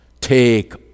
take